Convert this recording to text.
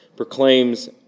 Proclaims